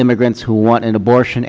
immigrants who want an abortion